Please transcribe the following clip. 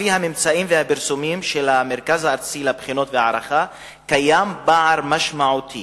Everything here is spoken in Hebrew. לפי הממצאים והפרסומים של המרכז הארצי לבחינות ולהערכה קיים פער משמעותי